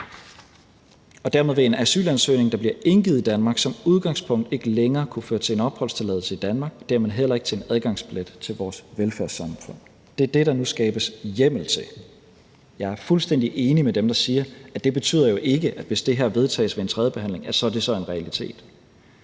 Dermed vil en asylansøgning, der bliver indgivet i Danmark, som udgangspunkt ikke længere kunne føre til en opholdstilladelse i Danmark og dermed heller ikke til en adgangsbillet til vores velfærdssamfund. Det er det, der nu skabes hjemmel til. Jeg er fuldstændig enig med dem, der siger, at det jo ikke betyder, at det så, hvis det her vedtages ved en tredjebehandling, er en realitet.